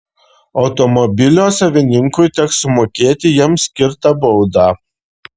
automobilio savininkui teks sumokėti jam skirtą baudą